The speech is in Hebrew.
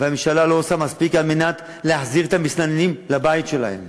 והממשלה לא עושה מספיק על מנת להחזיר את המסתננים לבית שלהם.